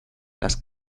las